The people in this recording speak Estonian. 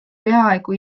peaaegu